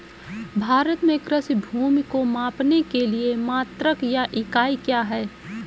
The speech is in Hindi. भारत में कृषि भूमि को मापने के लिए मात्रक या इकाई क्या है?